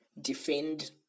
defend